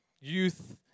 youth